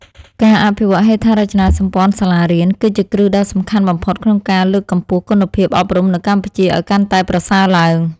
ការអភិវឌ្ឍហេដ្ឋារចនាសម្ព័ន្ធសាលារៀន គឺជាគ្រឹះដ៏សំខាន់បំផុតក្នុងការលើកកម្ពស់គុណភាពអប់រំនៅកម្ពុជាឱ្យកាន់តែប្រសើរឡើង។